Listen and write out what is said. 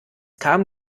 kam